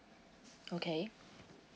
okay